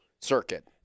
circuit